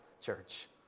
church